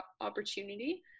opportunity